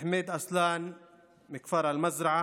חמיד אסלאן מכפר אל-מזרעה?